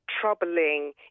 troubling